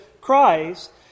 Christ